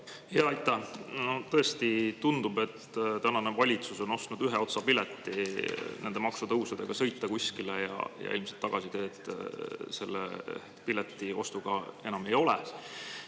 Jaa, aitäh! Tõesti tundub, et tänane valitsus on ostnud üheotsapileti nende maksutõusudega, et sõita kuskile, ja ilmselt tagasiteed selle piletiostuga enam ei ole.